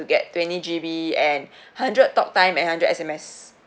get twenty G_B and hundred talk time and hundred S_M_S